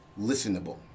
listenable